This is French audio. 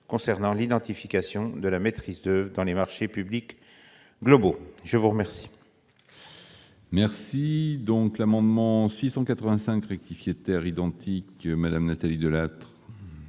concernant l'identification de la maîtrise d'oeuvre dans les marchés publics globaux. La parole